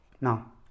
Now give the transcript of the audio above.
Now